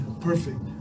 perfect